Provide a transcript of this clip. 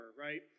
right